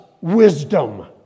wisdom